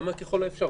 למה "כלל האפשר"?